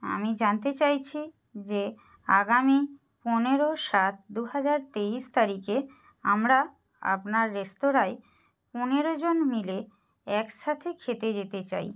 আমি জানতে চাইছি যে আগামী পনেরো সাত দুহাজার তেইশ তারিখে আমরা আপনার রেস্তোরাঁয় পনেরোজন মিলে একসাথে খেতে যেতে চাই